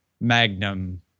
Magnum